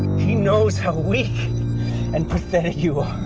he knows how weak and pathetic you are.